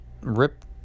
rip